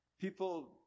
people